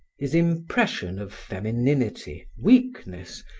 his impression of femininity, weakness,